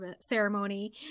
ceremony